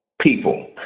people